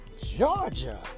Georgia